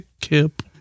Kip